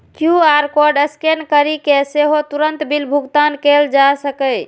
QR code scan करि कें सेहो तुरंत बिल भुगतान कैल जा सकैए